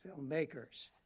filmmakers